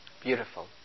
Beautiful